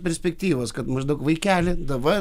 perspektyvas kad maždaug vaikeli dabar